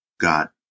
got